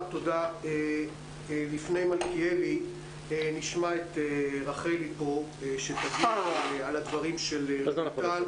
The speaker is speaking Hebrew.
לפני מלכיאלי נשמע את רחלי שתגיב על הדברים של המנכ"ל.